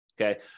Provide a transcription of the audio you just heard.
okay